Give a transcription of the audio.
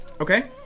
Okay